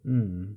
mm